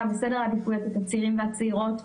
בסדר העדיפויות את הצעירים והצעירות,